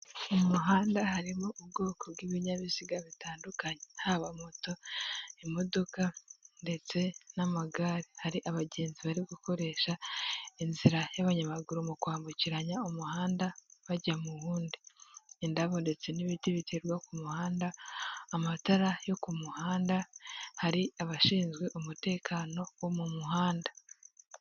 Mu muhanda harimo ubwoko bw'ibinyabiziga bitandukanye haba moto ,imodoka ndetse n'amagare hari abagenzi bari gukoresha inzira y'abanyamaguru mu kwambukiranya umuhanda bajya mu wundi indabo ndetse n'ibiti biterwa ku muhanda amatara yo ku muhanda hari abashinzwe umutekano wo mu muhanda .